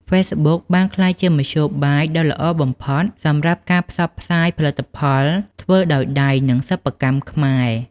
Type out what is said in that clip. ហ្វេសប៊ុកបានក្លាយជាមធ្យោបាយដ៏ល្អបំផុតសម្រាប់ការផ្សព្វផ្សាយផលិតផលធ្វើដោយដៃនិងសិប្បកម្មខ្មែរ។